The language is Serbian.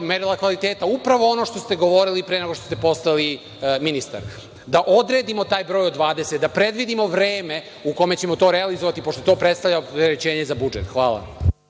merila kvaliteta, upravo ono što ste govorili pre nego što ste postali ministar, da odredimo taj broj od 20, da predvidimo vreme u kome ćemo to realizovati, pošto to predstavlja ograničenje za budžet. Hvala.